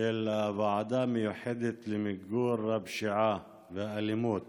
של הוועדה המיוחדת למיגור הפשיעה והאלימות